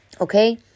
Okay